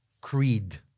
creed